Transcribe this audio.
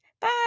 bye